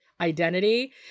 identity